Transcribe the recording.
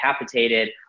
capitated